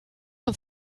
uns